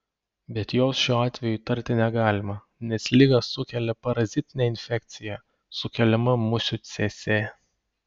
bet jos šiuo atveju įtarti negalima nes ligą sukelia parazitinė infekcija sukeliama musių cėcė